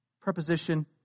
preposition